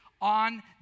on